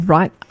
Right